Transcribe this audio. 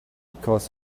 because